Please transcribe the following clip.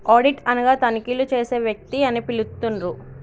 audit అనగా తనిఖీలు చేసే వ్యక్తి అని పిలుత్తండ్రు